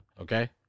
okay